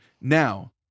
Now